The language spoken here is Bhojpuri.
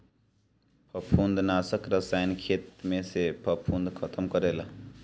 फंफूदनाशक रसायन खेत में से फंफूद खतम करेला